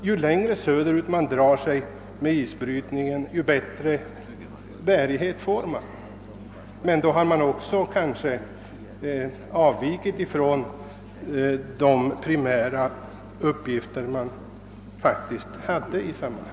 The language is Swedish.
Ju längre söder ut man förlägger isbrytningen, desto större bärighet får denna självfallet, men då har man också gjort ett avsteg från de primära uppgifter som man faktiskt har i detta sammanhang.